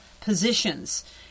positions